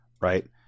right